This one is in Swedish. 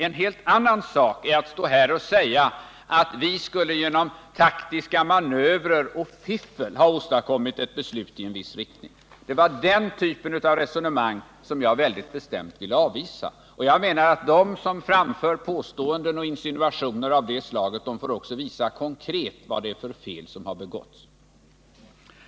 En helt annan sak är att stå här och säga att vi skulle genom taktiska manövrer och fiffel ha åstadkommit ett beslut i en viss riktning. Det var den typen av resonemang som jag väldigt bestämt ville avvisa, och jag menar att de som framför påståenden och insinuationer av det slaget får också visa konkret vad det är för fel som har begåtts.